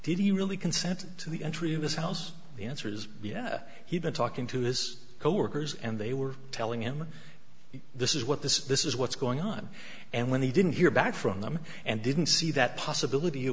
he really consent to the entry of his house the answer is yes he'd been talking to his coworkers and they were telling him this is what this is this is what's going on and when he didn't hear back from them and didn't see that possibility